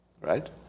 Right